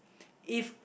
if